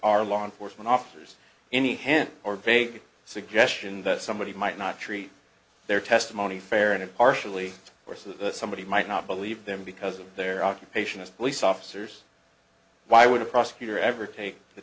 are law enforcement officers any hand or vague suggestion that somebody might not treat their testimony fair and partially or so that somebody might not believe them because of their occupation as police officers why would a prosecutor ever take the